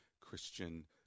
Christian